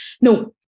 No